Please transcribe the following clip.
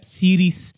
series